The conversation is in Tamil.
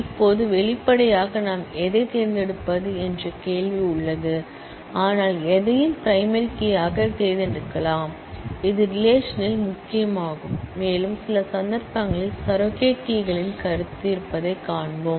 இப்போது வெளிப்படையாக நாம் எதைத் தேர்ந்தெடுப்போம் என்ற கேள்வி உள்ளது ஆனால் எதையும் பிரைமரி கீ யாகத் தேர்ந்தெடுக்கலாம் இது ரிலேஷன்இல் முக்கியமாகும் மேலும் சில சந்தர்ப்பங்களில் சரோகட் கீ களின் கருத்து இருப்பதைக் காண்போம்